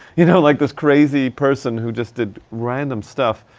you know like this crazy person who just did random stuff.